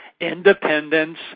Independence